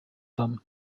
them